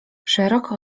szeroko